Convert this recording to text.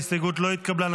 ההסתייגות לא התקבלה.